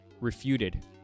Refuted